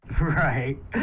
Right